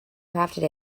crafted